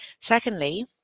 Secondly